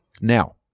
Now